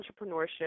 entrepreneurship